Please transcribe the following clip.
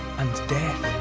and death.